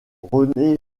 rené